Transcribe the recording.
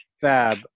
Fab